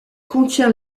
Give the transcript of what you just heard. contient